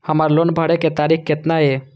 हमर लोन भरे के तारीख केतना ये?